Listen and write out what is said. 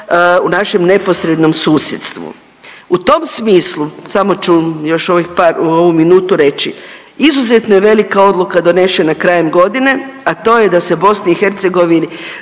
u našem neposrednom susjedstvu. U tom smislu samo ću još ovih par, ovu minutu reći, izuzetno je velika odluka donešena krajem godine, a to je da se BiH donese